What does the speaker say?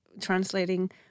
translating